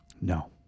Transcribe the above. No